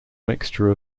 mixture